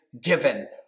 given